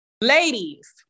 Ladies